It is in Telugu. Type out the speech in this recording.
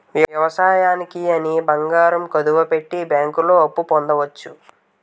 వ్యవసాయానికి అని బంగారం కుదువపెట్టి బ్యాంకుల్లో అప్పు పొందవచ్చు